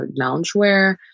loungewear